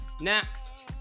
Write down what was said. next